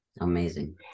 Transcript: amazing